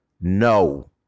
No